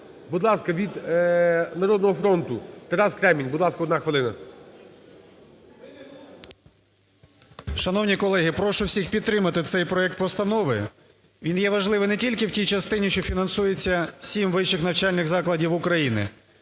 Будь ласка, від "Народного фронту" Тарас Кремінь. Будь ласка, одна хвилина. 11:48:31 КРЕМІНЬ Т.Д. Шановні колеги, прошу всіх підтримати цей проект постанови, він є важливий не тільки в тій частині, що фінансуються сім вищих навчальних закладів України,